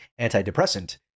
antidepressant